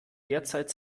derzeit